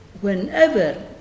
Whenever